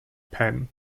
penn